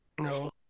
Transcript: no